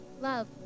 love